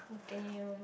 oh damn